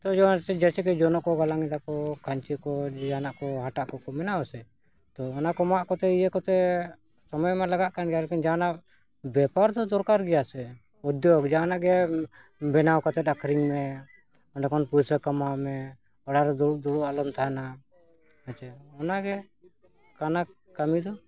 ᱛᱚ ᱡᱮᱭᱥᱮ ᱠᱤ ᱡᱚᱱᱚᱜ ᱠᱚ ᱜᱟᱞᱟᱝ ᱮᱫᱟ ᱠᱷᱟᱹᱧᱪᱤ ᱠᱚ ᱡᱟᱦᱟᱱᱟᱜ ᱠᱚ ᱦᱟᱴᱟᱜ ᱠᱚᱠᱚ ᱢᱮᱱᱟ ᱥᱮ ᱛᱚ ᱚᱱᱟ ᱠᱚ ᱢᱟᱜ ᱠᱚᱛᱮ ᱤᱭᱟᱹ ᱠᱟᱛᱮᱫ ᱥᱚᱢᱚᱭ ᱢᱟ ᱞᱟᱜᱟᱜ ᱠᱟᱱ ᱜᱮᱭᱟ ᱟᱨᱠᱤ ᱡᱟᱦᱟᱱᱟᱜ ᱵᱮᱯᱟᱨ ᱫᱚ ᱫᱚᱨᱠᱟᱨ ᱜᱮᱭᱟ ᱥᱮ ᱩᱫᱽᱫᱳᱜᱽ ᱡᱟᱦᱟᱸ ᱱᱟᱜ ᱜᱮ ᱵᱮᱱᱟᱣ ᱠᱟᱛᱮ ᱟᱹᱠᱷᱨᱤᱧ ᱢᱮ ᱚᱸᱰᱮᱠᱷᱚᱱ ᱯᱩᱭᱥᱟᱹ ᱠᱟᱢᱟᱣ ᱢᱮ ᱚᱲᱟᱜ ᱨᱮ ᱫᱩᱲᱩᱵ ᱫᱩᱲᱩᱵ ᱟᱞᱚᱢ ᱛᱟᱦᱮᱱᱟ ᱟᱪᱪᱷᱟ ᱚᱱᱟᱜᱮ ᱠᱟᱱᱟ ᱠᱟᱹᱢᱤ ᱫᱚ